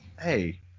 Hey